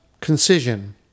concision